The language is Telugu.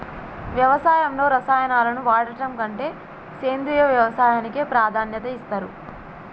వ్యవసాయంలో రసాయనాలను వాడడం కంటే సేంద్రియ వ్యవసాయానికే ప్రాధాన్యత ఇస్తరు